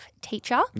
teacher